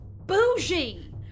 bougie